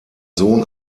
sohn